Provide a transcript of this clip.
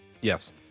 Yes